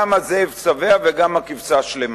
גם הזאב שבע וגם הכבשה שלמה.